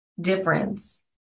difference